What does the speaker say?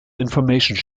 information